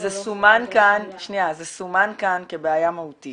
זה סומן כאן כבעיה מהותית